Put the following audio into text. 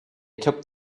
took